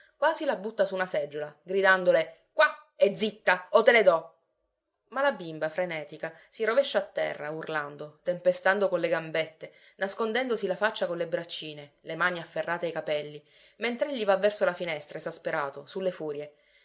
quasi la butta su una seggiola gridandole qua e zitta o te le do ma la bimba frenetica si rovescia a terra urlando tempestando con le gambette nascondendosi la faccia con le braccine le mani afferrate ai capelli mentr'egli va verso la finestra esasperato sulle furie